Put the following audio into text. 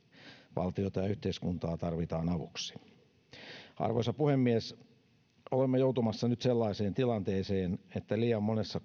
valtiota ja yhteiskuntaa tarvitaan avuksi arvoisa puhemies olemme joutumassa nyt sellaiseen tilanteeseen että liian monessa